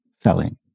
selling